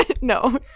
No